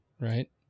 right